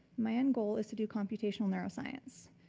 my end goal is to do computational neuroscience.